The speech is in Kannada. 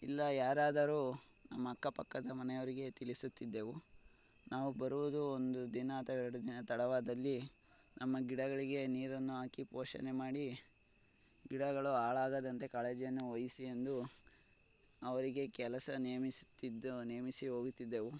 ಇಲ್ಲ ಯಾರಾದರೂ ನಮ್ಮ ಅಕ್ಕಪಕ್ಕದ ಮನೆಯವರಿಗೆ ತಿಳಿಸುತ್ತಿದ್ದೆವು ನಾವು ಬರುವುದು ಒಂದು ದಿನ ಅಥವಾ ಎರಡು ದಿನ ತಡವಾದಲ್ಲಿ ನಮ್ಮ ಗಿಡಗಳಿಗೆ ನೀರನ್ನು ಹಾಕಿ ಪೋಷಣೆ ಮಾಡಿ ಗಿಡಗಳು ಹಾಳಾಗದಂತೆ ಕಾಳಜಿಯನ್ನು ವಹಿಸಿ ಎಂದು ಅವರಿಗೆ ಕೆಲಸ ನೇಮಿಸುತ್ತಿದ್ದು ನೇಮಿಸಿ ಹೋಗುತ್ತಿದ್ದೆವು